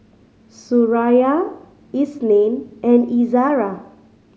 Suraya Isnin and Izara